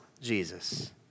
Jesus